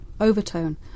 overtone